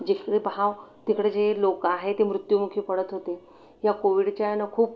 जिकडे पहावं तिकडं जी लोकं आहे ते मृत्युमुखी पडत होते या कोविडच्या यानं खूप